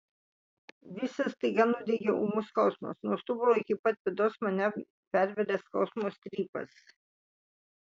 visą staiga nudiegė ūmus skausmas nuo stuburo iki pat pėdos mane pervėrė skausmo strypas